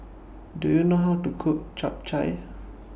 Do YOU know How to Cook Chap Chai